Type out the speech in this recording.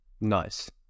nice